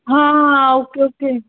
ah okay okay